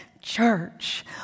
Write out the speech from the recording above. church